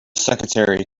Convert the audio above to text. secretary